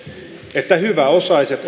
että hyväosaiset